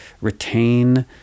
retain